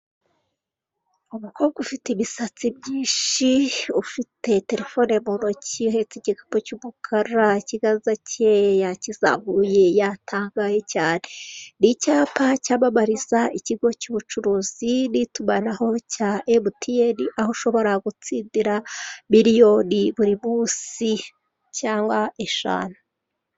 Umukobwa ufite ibisastsi byinshi, ufite telefone mu ntoki, uhetse igikapu cy'umukara, ikiganza cye yakizamuye yatangaye cyane, ni icyapa cyamamariza ikigo cy'ubucuruzi n'itumanaho cya emutiyeni, aho ushobora gutsindira miliyoni buri munsi cyangwa eshanu.